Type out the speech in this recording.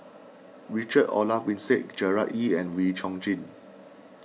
Richard Olaf Winstedt Gerard Ee and Wee Chong Jin